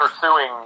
pursuing